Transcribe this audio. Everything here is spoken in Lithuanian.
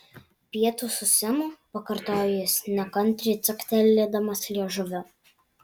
pietūs su semu pakartojo jis nekantriai caktelėdamas liežuviu